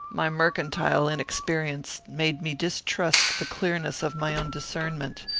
my mercantile inexperience made me distrust the clearness of my own discernment,